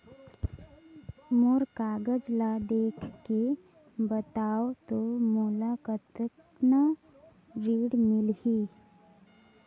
मोर कागज ला देखके बताव तो मोला कतना ऋण मिलही?